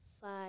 five